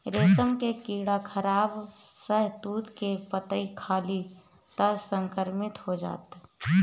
रेशम के कीड़ा खराब शहतूत के पतइ खाली त संक्रमित हो जाई